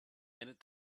minute